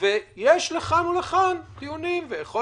ויש טיעונים לכאן ולכאן.